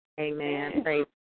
Amen